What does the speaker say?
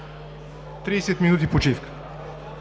30 минути почивка.